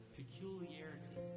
peculiarity